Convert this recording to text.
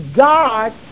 god